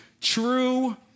True